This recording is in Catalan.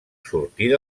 sortir